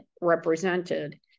represented